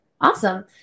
Awesome